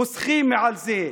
פוסחים על זה.